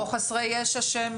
או חסרי ישע.